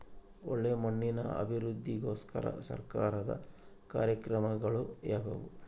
ಒಳ್ಳೆ ಮಣ್ಣಿನ ಅಭಿವೃದ್ಧಿಗೋಸ್ಕರ ಸರ್ಕಾರದ ಕಾರ್ಯಕ್ರಮಗಳು ಯಾವುವು?